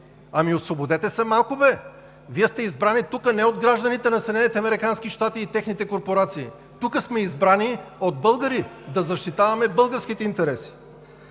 Ами освободете се малко бе! Вие сте избрани тук не от гражданите на Съединените американски щати и техните корпорации! Тук сме избрани от българи да защитаваме българските интереси.